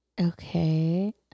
okay